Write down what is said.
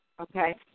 Okay